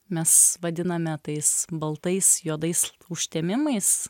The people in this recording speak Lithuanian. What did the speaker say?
mes vadiname tais baltais juodais užtemimais